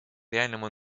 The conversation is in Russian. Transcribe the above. реальному